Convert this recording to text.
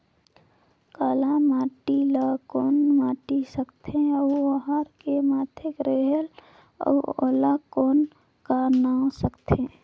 काला माटी ला कौन माटी सकथे अउ ओहार के माधेक रेहेल अउ ओला कौन का नाव सकथे?